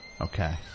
Okay